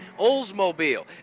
Oldsmobile